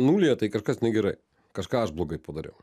nulyje tai kažkas negerai kažką aš blogai padariau